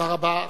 תודה רבה.